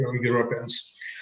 Europeans